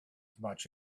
much